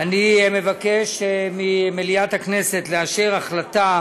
אני מבקש ממליאת הכנסת לאשר החלטה